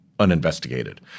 Uninvestigated